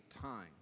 time